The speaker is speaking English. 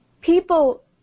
people